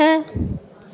अठ